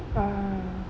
ah